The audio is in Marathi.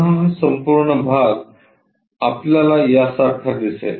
पुन्हा हा संपूर्ण भाग आपल्याला यासारखा दिसेल